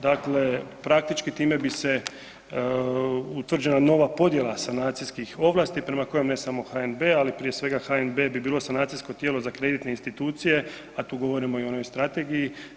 Dakle, praktički time bi se utvrđena nova podjela sanacijskih ovlasti prema kojom ne samo HNB ali prije HNB bi bilo sanacijsko tijelo za kreditne institucije, a tu govorimo i o onoj strategiji.